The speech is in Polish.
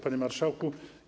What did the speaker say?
Panie Marszałku!